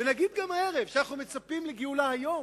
ונגיד גם הערב שאנחנו מצפים לגאולה היום,